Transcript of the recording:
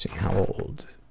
how old?